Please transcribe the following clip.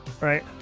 Right